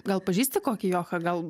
gal pažįsti kokį johą gal